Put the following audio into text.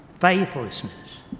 faithlessness